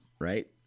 Right